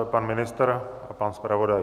Pan ministr a pan zpravodaj.